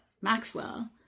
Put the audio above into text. Maxwell